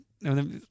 No